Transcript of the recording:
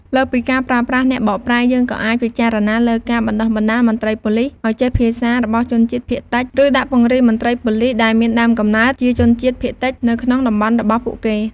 លើសពីការប្រើប្រាស់អ្នកបកប្រែ យើងក៏អាចពិចារណាលើការបណ្ដុះបណ្ដាលមន្ត្រីប៉ូលិសឱ្យចេះភាសារបស់ជនជាតិភាគតិច ឬដាក់ពង្រាយមន្ត្រីប៉ូលិសដែលមានដើមកំណើតជាជនជាតិភាគតិចនៅក្នុងតំបន់របស់ពួកគេ។